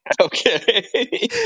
Okay